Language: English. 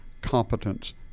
competence